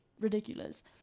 ridiculous